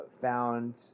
found